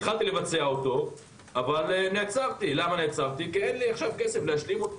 התחלתי לבצע אותו אבל נעצרתי כי אין לי כסף להשלים אותו.